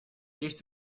есть